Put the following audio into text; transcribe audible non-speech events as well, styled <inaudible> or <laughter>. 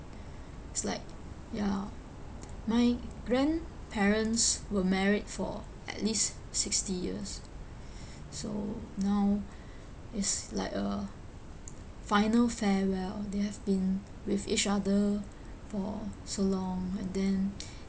<breath> it's like ya <noise> my grandparents were married for at least sixty years <breath> so now <breath> is like a final farewell they have been with each other for so long and then <noise>